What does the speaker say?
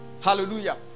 Hallelujah